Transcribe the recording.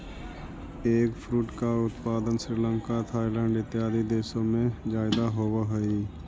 eggfruit का उत्पादन Sri Lanka Thailand इत्यादि देशों में ज्यादा होवअ हई